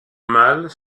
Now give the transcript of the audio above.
mâles